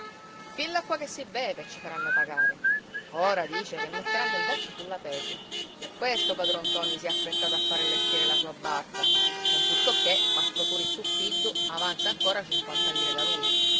fin l'acqua che si beve ci faranno pagare ora dice che metteranno il dazio sulla pece per questo padron ntoni si è affrettato a far allestire la sua barca contuttoché mastro turi zuppiddu avanza ancora cinquanta lire da lui